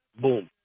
Boom